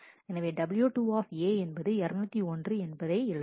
எனவே W2 என்பது 201 என்பதை எழுதும்